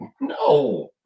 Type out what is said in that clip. No